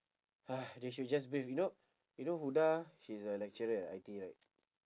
!hais! they should just brief you know what you know huda she's a lecturer at I_T_E right